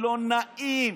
לא נעים.